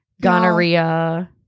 gonorrhea